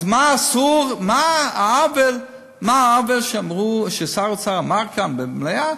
אז מה העוול שאמרו ששר האוצר אמר כאן במליאה,